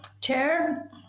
Chair